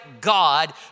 God